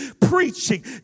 preaching